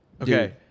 Okay